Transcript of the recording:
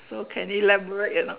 so can elaborate or not